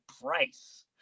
price